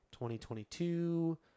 2022